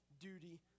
duty